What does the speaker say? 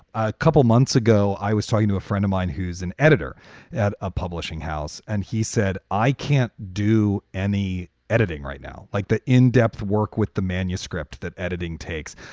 a couple months ago, i was talking to a friend of mine who's an editor at a publishing house, and he said, i can't do any editing right now, like the in-depth in-depth work with the manuscript that editing takes.